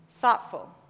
thoughtful